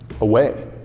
away